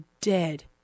dead